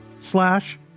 slash